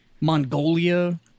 Mongolia